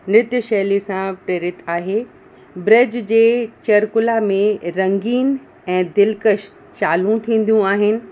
नृत्य शैली सां प्रेरित आहे ब्रज जे चरकुला में रंगीन ऐं दिलकश चालू थींदियूं आहिनि